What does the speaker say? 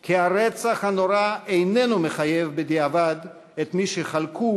כי הרצח הנורא איננו מחייב בדיעבד את מי שחלקו